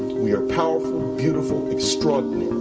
we are powerful, beautiful, extraordinary.